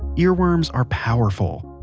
earworms are powerful.